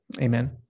Amen